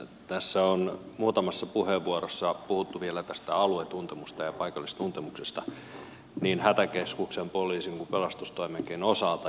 tässä on muutamassa puheenvuorossa puhuttu vielä tästä aluetuntemuksesta ja paikallistuntemuksesta niin hätäkeskuksen poliisin kuin pelastustoimenkin osalta